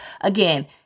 Again